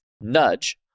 Nudge